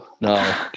No